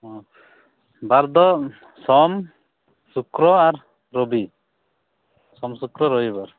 ᱚ ᱵᱟᱨ ᱫᱚ ᱥᱳᱢ ᱥᱩᱠᱨᱚ ᱟᱨ ᱨᱚᱵᱤ ᱥᱳᱢ ᱥᱩᱠᱨᱚ ᱨᱚᱵᱤ ᱵᱟᱨ